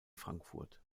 frankfurt